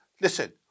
Listen